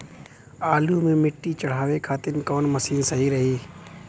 आलू मे मिट्टी चढ़ावे खातिन कवन मशीन सही रही?